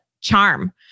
charm